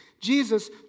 Jesus